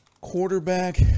Quarterback